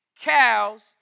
cows